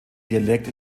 dialekt